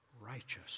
righteous